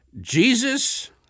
Jesus